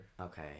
Okay